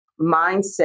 mindset